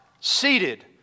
seated